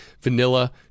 vanilla